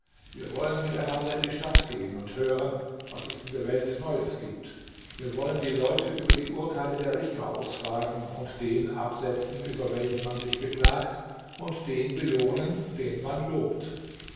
wir wollen miteinander in die stadt gehen und hören was es in der welt neues gibt wir wollen die leute über die urteile der richter ausfragen und den absetzen über welchen man sich beklagt und den belohnen den man lobt